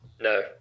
No